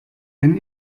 ein